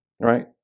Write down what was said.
Right